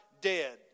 dead